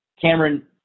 Cameron